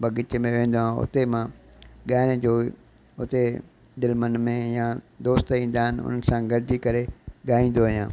बाग़ीचे में वेंदा आहियूं उते मां ॻाइण जो उते दिलि मन में या दोस्त ईंदा आहिनि उन्हनि सां गॾिजी करे ॻाईंदो आहियां